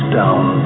down